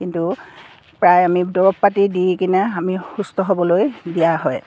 কিন্তু প্ৰায় আমি দৰৱ পাতি দি কিনে আমি সুস্থ হ'বলৈ দিয়া হয়